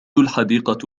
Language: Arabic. الحديقة